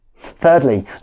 Thirdly